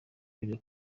bajya